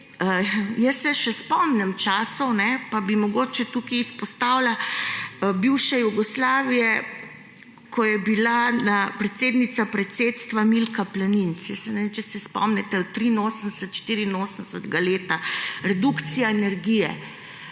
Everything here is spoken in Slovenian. se še časov, pa bi mogoče tukaj izpostavila, bivše Jugoslavije, ko je bila predsednica predsedstva Milka Planinc. Ne vem, če se spomnite, od 1983., 1984. leta, redukcija energije.